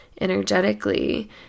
energetically